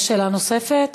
יש שאלה נוספת?